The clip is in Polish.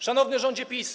Szanowny Rządzie PiS!